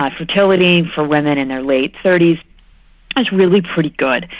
but fertility for women in their late thirty s is really pretty good.